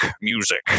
music